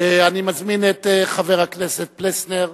אני מזמין את חבר הכנסת יוחנן פלסנר,